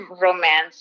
romance